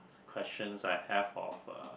questions I have of uh